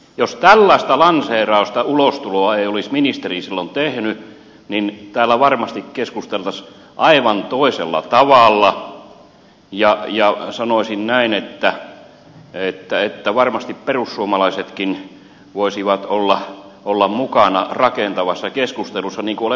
jos tällaista lanseerausta ulostuloa ei olisi ministeri silloin tehnyt niin täällä varmasti keskusteltaisiin aivan toisella tavalla ja sanoisin näin että varmasti perussuomalaisetkin voisivat olla mukana rakentavassa keskustelussa niin kuin olemme nytkin